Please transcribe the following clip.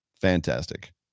Fantastic